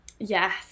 Yes